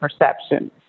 perception